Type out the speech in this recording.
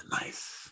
nice